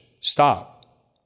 stop